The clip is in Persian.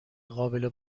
قابل